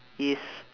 is